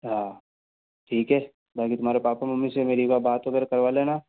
हाँ ठीक है बाकि तुम्हारे पापा मम्मी से मेरी एक बार बात वगैरह करवा लेना